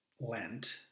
Lent